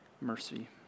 mercy